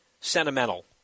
sentimental